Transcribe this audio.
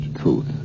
truth